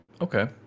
Okay